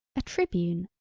a tribune,